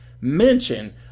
mention